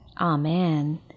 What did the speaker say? Amen